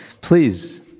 Please